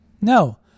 No